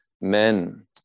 men